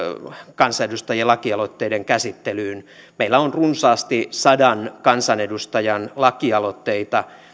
kansanedustajien lakialoitteiden käsittelyyn meillä on runsaasti sadan kansanedustajan lakialoitteita